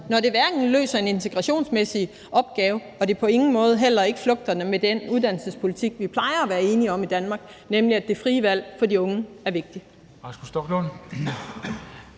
når det hverken løser en integrationsmæssig opgave eller på nogen måde flugter med den uddannelsespolitik, vi plejer at være enige om i Danmark, nemlig at det frie valg for de unge er vigtigt?